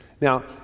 now